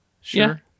Sure